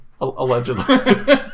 Allegedly